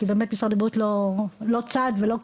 כי באמת משרד הבריאות לא צד ולא קשור.